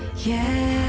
ya